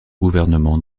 gouvernement